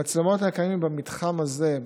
המצלמות הקיימות במתחם הזה,